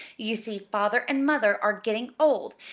you see father and mother are getting old,